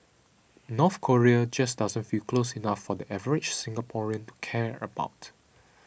North Korea just doesn't feel close enough for the average Singaporean to care about